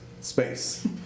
space